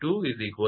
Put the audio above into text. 2 3